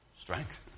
strength